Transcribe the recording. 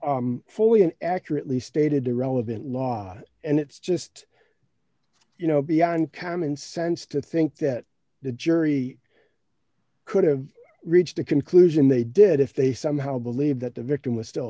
fully and accurately stated the relevant law and it's just you know beyond commonsense to think that the jury could have reached a conclusion they did if they somehow believe that the victim was still